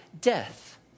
death